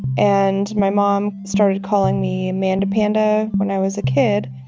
and my mom started calling me amanda panda when i was a kid.